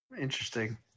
Interesting